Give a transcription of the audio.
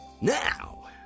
Now